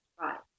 Right